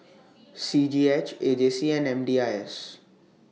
C G H A J C and M D I S